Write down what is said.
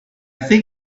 think